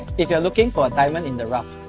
if you're looking for a diamond in the rough,